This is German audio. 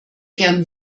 gern